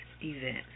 event